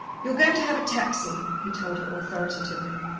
you're going to have a taxi, he told her authoritatively.